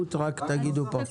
רק תגידו פה את המהות.